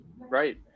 Right